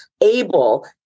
able